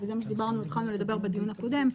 וזה מה שהתחלנו לדבר בדיון הקודם,